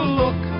look